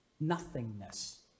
nothingness